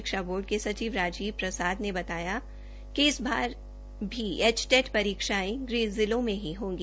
शिक्षा बोर्ड के सचिव राजीव प्रसाद ने बताया कि इस बार भी एचटेट परीक्षाएं गृह जिलों में ही होगी